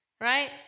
right